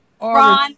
Ron